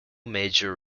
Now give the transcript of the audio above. major